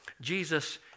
Jesus